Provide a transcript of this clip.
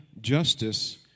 justice